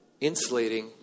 insulating